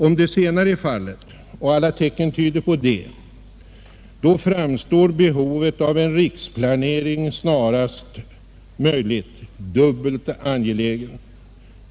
Om det senare är fallet — och alla tecken tyder på det — framstår behovet av en riksplanering snarast möjligt som dubbelt angeläget.